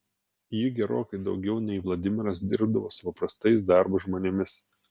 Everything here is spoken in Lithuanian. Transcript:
ji gerokai daugiau nei vladimiras dirbdavo su paprastais darbo žmonėmis